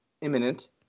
imminent